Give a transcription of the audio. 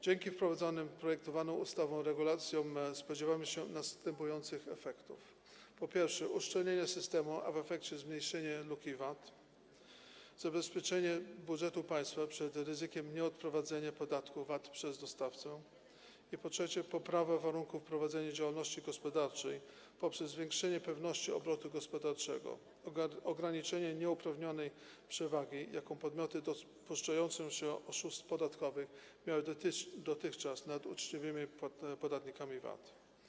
Dzięki wprowadzanym projektowaną ustawą regulacjom spodziewamy się następujących efektów, po pierwsze, uszczelnienia systemu, a w efekcie zmniejszenia luki w VAT, po drugie, zabezpieczenia budżetu państwa przed ryzykiem nieodprowadzenia podatku VAT przez dostawcę i, po trzecie, poprawy warunków prowadzenia działalności gospodarczej poprzez zwiększenie pewności obrotu gospodarczego, ograniczenie nieuprawnionej przewagi, jaką podmioty dopuszczające się oszustw podatkowych miały dotychczas nad uczciwymi podatnikami VAT.